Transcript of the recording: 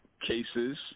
cases